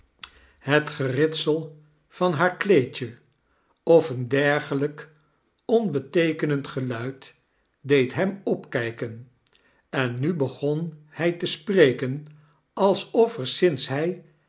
het geritsel van haar kleedje of een dergelijk onbeteekenend geluid deed hem opkijken en nu begon hij te spreken alsof er sinds hij